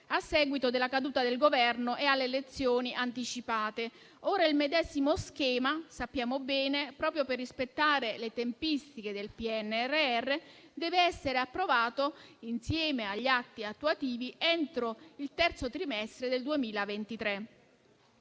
a seguito della caduta del Governo e delle elezioni anticipate. Ora il medesimo schema, come sappiamo bene, proprio per rispettare le tempistiche del PNRR, deve essere approvato, insieme agli atti attuativi, entro il terzo trimestre del 2023.